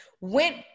went